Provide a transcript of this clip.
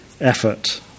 effort